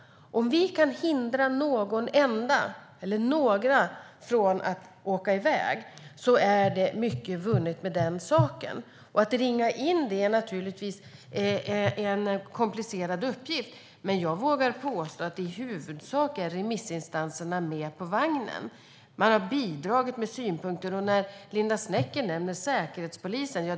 Om vi kan hindra någon enda eller några från att åka iväg är mycket vunnet. Att ringa in det är naturligtvis en komplicerad uppgift, men jag vågar påstå att remissinstanserna i huvudsak är med på vagnen. Man har bidragit med synpunkter. Linda Snecker nämner Säkerhetspolisen.